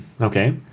Okay